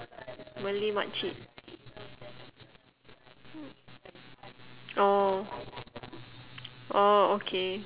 malay makcik orh orh okay